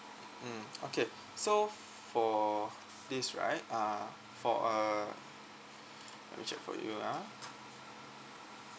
mm okay so for this right uh for uh let me check for you ah